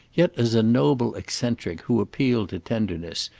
yet as a noble eccentric who appealed to tenderness,